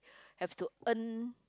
have to earn